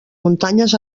muntanyes